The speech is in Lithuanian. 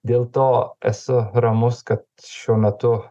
dėl to esu ramus kad šiuo metu